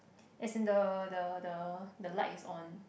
as in the the the the light is on